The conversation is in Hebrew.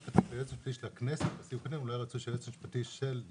רק לעשות התאמה שיהיה היועץ המשפטי של הכנסת והיועץ המשפטי -- כן,